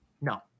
No